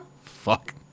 Fuck